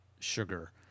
sugar